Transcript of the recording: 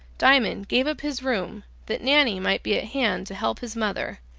diamond gave up his room that nanny might be at hand to help his mother,